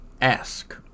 Ask